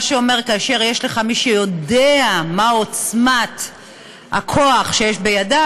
מה שאומר שכשיש לך מי שיודע מה עצמת הכוח שיש בידיו,